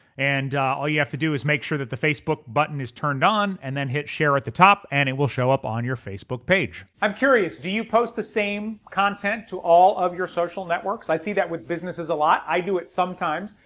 and all you have to do is make sure that the facebook button is turned on and then hit share at the top and it will show up on your facebook page. i'm curious do you post the same content to all of your social networks? i see that with businesses a lot. i do it sometimes.